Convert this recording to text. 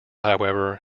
however